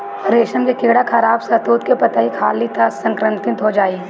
रेशम के कीड़ा खराब शहतूत के पतइ खाली त संक्रमित हो जाई